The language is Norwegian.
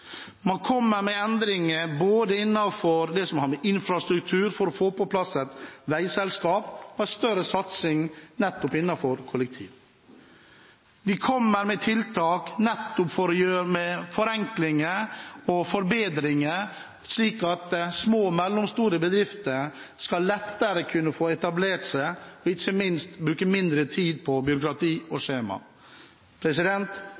Man kommer med endringer både innenfor infrastruktur for å få på plass et veiselskap og en større satsing innenfor kollektivtrafikken. Vi kommer med tiltak for forenklinger og forbedringer slik at små og mellomstore bedrifter lettere skal kunne få etablert seg og ikke minst bruke mindre tid på byråkrati og